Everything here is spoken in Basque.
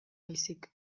baizik